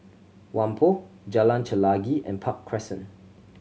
Whampoa Jalan Chelagi and Park Crescent